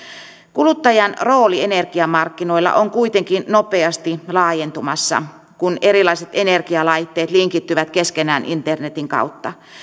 kuluttajan rooli energiamarkkinoilla on kuitenkin nopeasti laajentumassa kun erilaiset energialaitteet linkittyvät keskenään internetin kautta